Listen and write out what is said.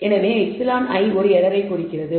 எனவே εi ஒரு எரரை குறிக்கிறது